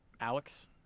Alex